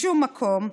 בשום מקום,